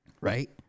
right